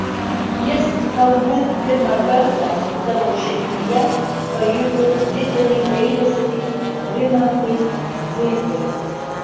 jis galbūt pirmą kartą savo širdyje pajuto didelį gailestį rimantui zuikai